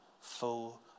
full